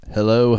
Hello